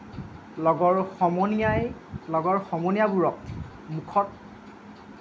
লগৰ সমনীয়াই লগৰ সমনীয়াবোৰক মুখত